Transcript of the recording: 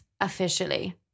officially